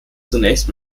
zunächst